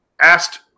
asked